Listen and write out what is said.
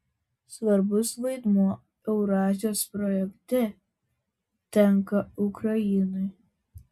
svarbus vaidmuo eurazijos projekte tenka ukrainai